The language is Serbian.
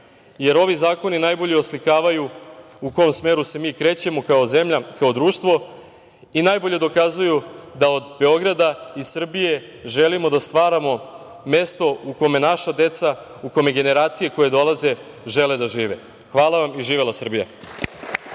jer ovi zakoni najbolje oslikavaju u kom smeru se mi krećemo kao zemlja, kao društvo i najbolje dokazuju da od Beograda i Srbije želimo da stvaramo mesto u kome naša deca, u kome generacije koje dolaze žele da žive. Hvala vam i živela Srbija!